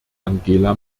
angela